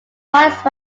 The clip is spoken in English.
highest